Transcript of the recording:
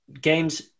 games